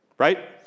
right